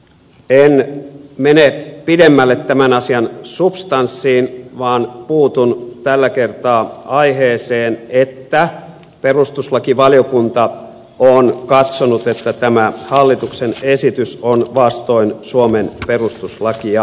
en mene pidemmälle tämän asian substanssiin vaan puutun tällä kertaa siihen aiheeseen että perustuslakivaliokunta on katsonut että tämä hallituksen esitys on vastoin suomen perustuslakia